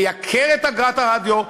לייקר את אגרת הרדיו,